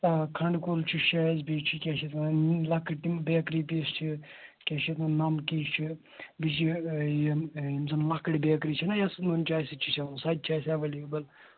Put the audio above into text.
آ کَھںٛڈٕ کُلچہِ چھِ اَسہِ بیٚیہِ چھِ کیٛاہ چھِ اَتھ وَنان یِم لۄکٕٹۍ تِم بیکری پیٖس چھِ کیٛاہ چھِ اَتھ وَنا نمکی چھِ بیٚیہِ چھِ یِم زَن لۄکٕٹۍ بیکری چھِ نا یۄس نُن چایہِ سۭتۍ چھِ چَوان سۄ تہِ چھِ اَسہِ اٮ۪وٕلیبٕل